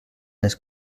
les